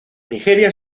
nigeria